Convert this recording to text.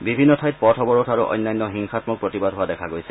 বিভিন্ন ঠাইত পথ অৱৰোধ আৰু অন্যান্য হিংসাম্মক প্ৰতিবাদ হোৱা দেখা গৈছে